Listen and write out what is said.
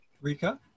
Rika